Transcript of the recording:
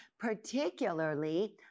particularly